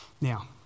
Now